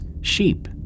sheep